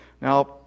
Now